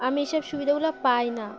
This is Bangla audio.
আমি এইসব সুবিধাগুলো পাই না